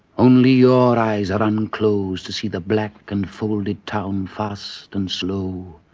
only your eyes are unclosed to see the black and folded town fast, and slow,